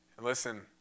Listen